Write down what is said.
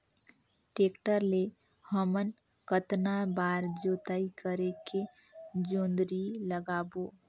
Tractor ले हमन कतना बार जोताई करेके जोंदरी लगाबो?